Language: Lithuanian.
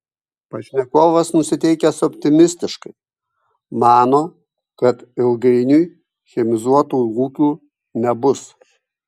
pašnekovas nusiteikęs optimistiškai mano kad ilgainiui chemizuotų ūkių nebus